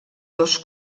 dos